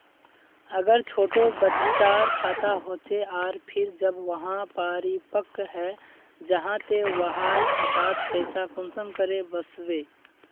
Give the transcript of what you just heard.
अगर छोटो बच्चार खाता होचे आर फिर जब वहाँ परिपक है जहा ते वहार खातात पैसा कुंसम करे वस्बे?